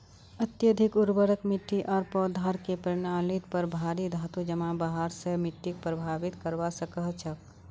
अत्यधिक उर्वरक मिट्टी आर पौधार के प्रणालीत पर भारी धातू जमा हबार स मिट्टीक प्रभावित करवा सकह छह